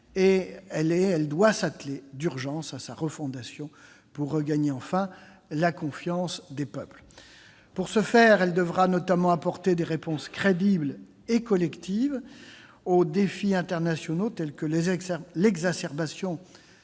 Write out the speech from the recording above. Elle doit s'atteler d'urgence à sa refondation pour regagner enfin la confiance des peuples. Pour ce faire, elle devra notamment apporter des réponses crédibles et collectives aux défis internationaux tels que l'exacerbation